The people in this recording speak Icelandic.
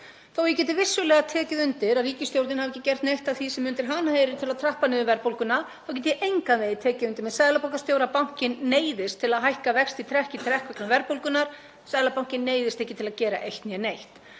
að ég geti vissulega tekið undir að ríkisstjórnin hafi ekki gert neitt af því sem undir hana heyrir til að trappa niður verðbólguna þá get ég engan veginn tekið undir með seðlabankastjóra að bankinn neyðist til að hækka vexti trekk í trekk vegna verðbólgunnar. Seðlabankinn neyðist ekki til að gera eitt né neitt.